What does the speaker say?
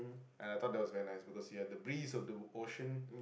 and I thought that was very nice because we had the breeze of the o~ ocean